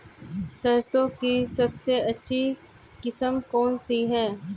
सरसों की सबसे अच्छी किस्म कौन सी है?